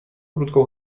krótką